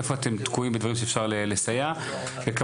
איפה אתם תקועים בדברים שאפשר לסייע וכמובן,